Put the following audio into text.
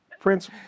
Prince